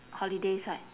holidays right